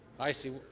i see.